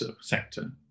sector